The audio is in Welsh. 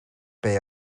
beth